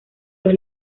los